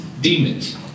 Demons